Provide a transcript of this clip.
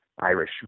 Irish